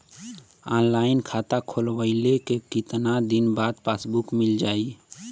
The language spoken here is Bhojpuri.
ऑनलाइन खाता खोलवईले के कितना दिन बाद पासबुक मील जाई?